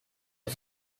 are